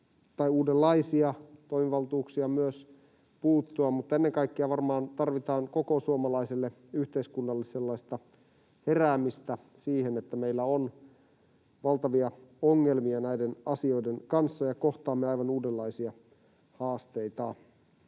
uudenlaisia toimivaltuuksia myös puuttua, mutta ennen kaikkea varmaan tarvitaan koko suomalaiselle yhteiskunnalle sellaista heräämistä siihen, että meillä on valtavia ongelmia näiden asioiden kanssa ja kohtaamme aivan uudenlaisia haasteita.